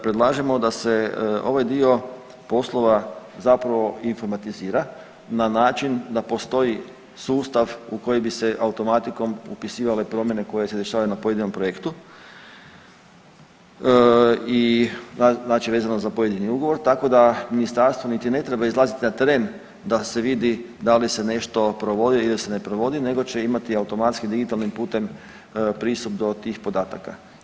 Predlažemo da se ovaj dio poslova zapravo informatizira na način da postoji sustav u koji bi se automatikom upisivale promjene koje se dešavaju na pojedinom projektu, znači vezano za pojedini ugovor tako da ministarstvo niti ne treba izlaziti na teren da se vidi da li se nešto provodi ili ne provodi nego će imati automatski digitalnim putem pristup do tih podataka.